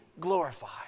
glorified